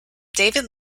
david